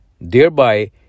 thereby